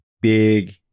big